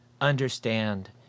understand